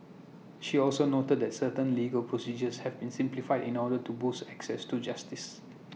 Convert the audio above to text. she also noted that certain legal procedures have been simplified in order to boost access to justice